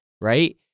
right